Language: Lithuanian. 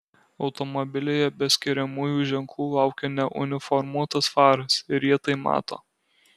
automobilyje be skiriamųjų ženklų laukia neuniformuotas faras ir jie tai mato